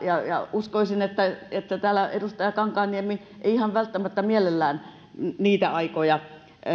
uskoisin että että täällä edustaja kankaanniemi ei ihan välttämättä mielellään niitä aikoja